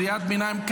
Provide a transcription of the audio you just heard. קריאת ביניים,